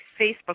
Facebook